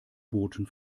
booten